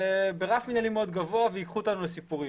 זה ברף מינהלי מאוד גבוה וייקחו אותנו לסיפורים,